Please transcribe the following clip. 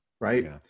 right